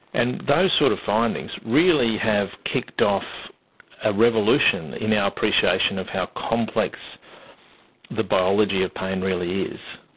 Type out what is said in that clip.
and those sort of findings really have kicked off a revolution in our appreciation of how complex the biology of pain really is.